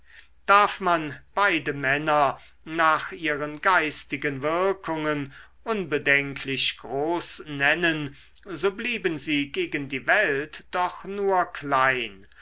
darf man beide männer nach ihren geistigen wirkungen unbedenklich groß nennen so blieben sie gegen die welt doch nur klein